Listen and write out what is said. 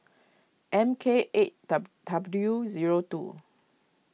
M K eight W zero two